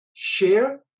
Share